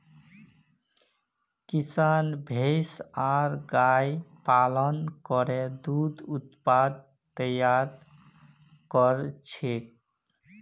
किसान भैंस आर गायर पालन करे दूध उत्पाद तैयार कर छेक